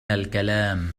الكلام